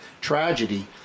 tragedy